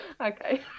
okay